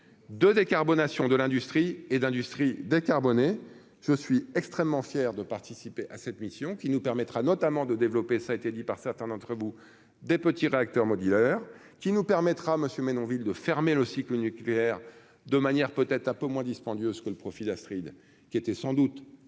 de décarbonation de l'industrie et d'industrie décarbonnées je suis extrêmement fier de participer à cette mission, qui nous permettra notamment de développer ça a été dit par certains d'entre vous, des petits réacteurs modulaires qui nous permettra, monsieur Menonville ville de fermer le cycle nucléaire de manière peut-être un peu moins dispendieux, ce que le profil Astride qui était sans doute